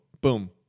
boom